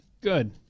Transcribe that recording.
good